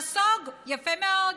נסוג, יפה מאוד,